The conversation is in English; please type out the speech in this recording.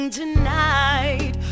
tonight